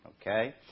Okay